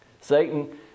Satan